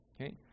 okay